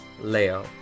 Leo